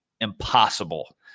impossible